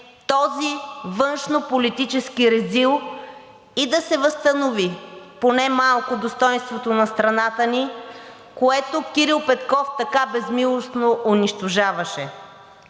този външнополитически резил и да се възстанови поне малко достойнството на страната ни, което Кирил Петков така безмилостно унищожаваше.